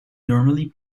normally